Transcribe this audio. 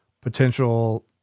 potential